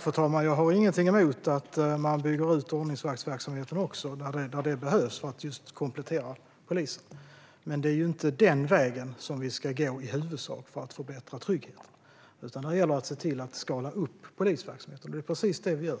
Fru talman! Jag har ingenting emot att man bygger ut ordningsvaktsverksamheten där det behövs för att just komplettera polisen. Men det är inte den vägen som vi i huvudsak ska gå för att förbättra tryggheten, utan det gäller att se till att skala upp polisverksamheten. Det är precis det vi gör.